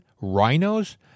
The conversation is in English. rhinos